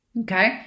Okay